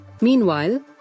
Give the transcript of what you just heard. Meanwhile